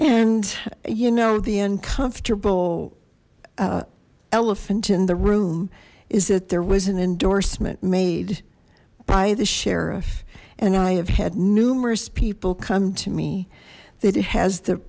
and you know the uncomfortable elephant in the room is that there was an endorsement made by the sheriff and i have had numerous people come to me that has the